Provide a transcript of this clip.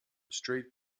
strait